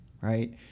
right